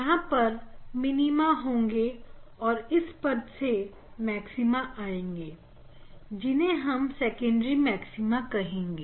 यहां पर मिनीमा होंगे और इनके बाद मैक्सिमा आएंगे जिन्हें हम सेकेंडरी मैक्सिमा कहेंगे